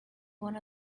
one